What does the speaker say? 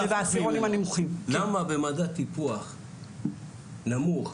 למה במדד טיפוח נמוך,